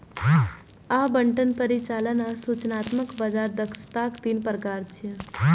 आवंटन, परिचालन आ सूचनात्मक बाजार दक्षताक तीन प्रकार छियै